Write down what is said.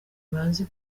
bazi